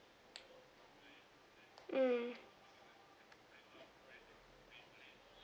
mm